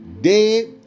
dead